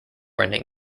renting